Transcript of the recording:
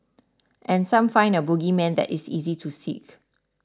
and some find a bogeyman that is easy to seek